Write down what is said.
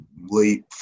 late